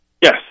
Yes